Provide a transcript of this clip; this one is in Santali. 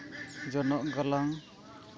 ᱡᱚᱱᱚᱜ ᱜᱟᱞᱟᱝ